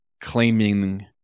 claiming